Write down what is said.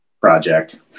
project